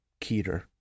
Keter